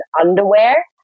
underwear